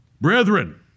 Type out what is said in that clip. brethren